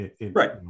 right